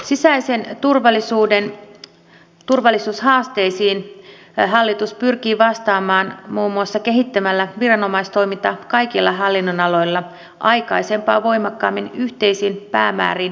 sisäisen turvallisuuden turvallisuushaasteisiin hallitus pyrkii vastaamaan muun muassa kehittämällä viranomaistoimintaa kaikilla hallinnonaloilla aikaisempaa voimakkaammin yhteisiin päämääriin tähtäävänä